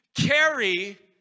carry